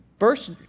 First